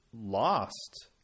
lost